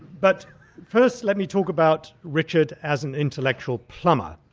but first let me talk about richard as an intellectual plumber.